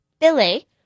Billy